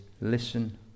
listen